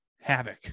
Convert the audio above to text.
Havoc